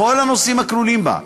לכל הנושאים הכלולים בה,